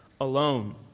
alone